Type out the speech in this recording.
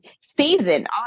season